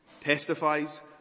testifies